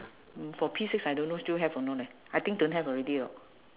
for P six I don't know still have or not leh I think don't have already lor